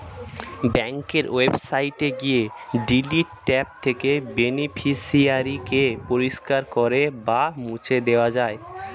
ব্যাঙ্কের ওয়েবসাইটে গিয়ে ডিলিট ট্যাব থেকে বেনিফিশিয়ারি কে পরিষ্কার করে বা মুছে দেওয়া যায়